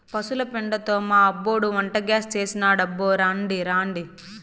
పశుల పెండతో మా అబ్బోడు వంటగ్యాస్ చేసినాడబ్బో రాండి రాండి